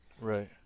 Right